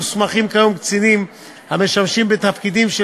מוסמכים כיום קצינים המשמשים בתפקידים של